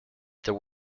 there